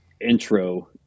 intro